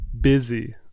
busy